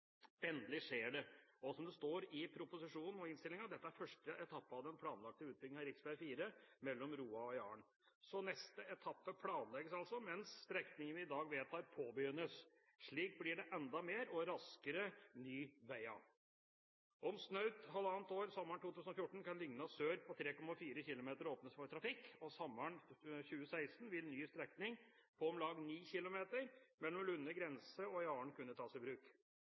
Endelig skjer det. Og som det står i proposisjonen og innstillingen: Dette er første etappe av den planlagte utbyggingen av rv. 4 mellom Roa og Jaren, så neste etappe planlegges altså mens strekningen vi i dag vedtar, påbegynnes. Slikt blir det enda mer – og raskere – ny vei av. Om snaut halvannet år, sommeren 2014, kan Lygna sør på 3,4 km åpnes for trafikk, og sommeren 2016 vil ny strekning, på om lag 9 km, mellom Lunner grense og Jaren kunne tas i bruk.